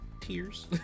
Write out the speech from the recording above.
tears